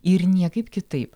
ir niekaip kitaip